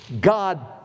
God